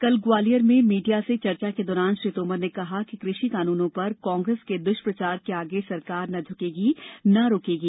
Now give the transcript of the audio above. कल ग्वालियर में मीडिया से चर्चा के दौरान श्री तोमर ने कहा कि कृषि कानूनों पर कांग्रेस के दुष्प्रचार के आगे सरकार ना झकेगी ना रुकेगी